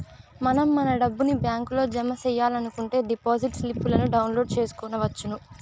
మనం మన డబ్బుని బ్యాంకులో జమ సెయ్యాలనుకుంటే డిపాజిట్ స్లిప్పులను డౌన్లోడ్ చేసుకొనవచ్చును